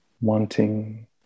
wanting